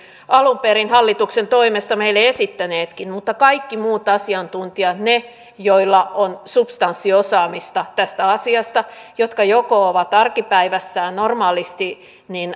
alun perin hallituksen toimesta meille esittäneetkin mutta kaikki muut asiantuntijat ne joilla on substanssiosaamista tästä asiasta jotka joko arkipäivässään normaalisti